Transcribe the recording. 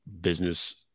business